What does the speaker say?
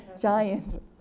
giant